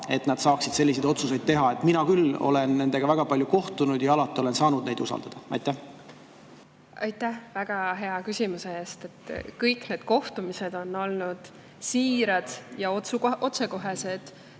et nad saaksid selliseid otsuseid teha? Mina küll olen nendega väga palju kohtunud ja alati olen saanud neid usaldada. Aitäh väga hea küsimuse eest! Kõik need kohtumised on olnud siirad ja otsekohesed.